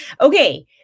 Okay